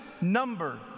number